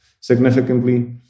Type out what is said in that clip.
significantly